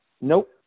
nope